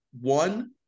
one